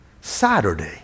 Saturday